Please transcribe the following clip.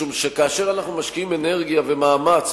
משום שכאשר אנחנו משקיעים אנרגיה ומאמץ,